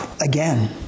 Again